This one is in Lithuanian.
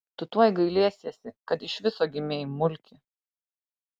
tu tuoj gailėsiesi kad iš viso gimei mulki